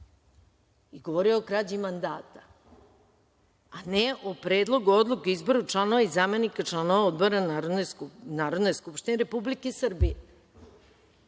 Govorio je o kraći mandata, a ne o Predlogu odluke o izboru članova i zamenika članova odbora Narodne skupštine Repbulike Srbije.